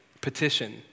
petition